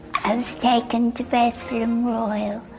i was taken to bethlehem royal,